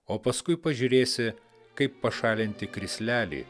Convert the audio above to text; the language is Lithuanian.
o paskui pažiūrėsi kaip pašalinti krislelį